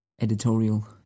editorial